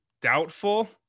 doubtful